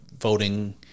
voting